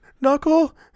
knuckle